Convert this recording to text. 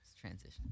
transition